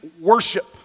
worship